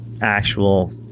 actual